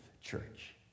church